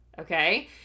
okay